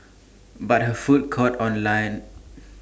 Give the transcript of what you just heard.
but her food caught on lines